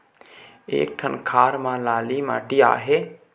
एक ठन खार म लाली माटी आहे?